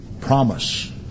Promise